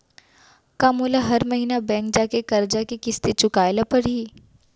का मोला हर महीना बैंक जाके करजा के किस्ती चुकाए ल परहि?